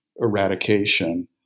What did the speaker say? eradication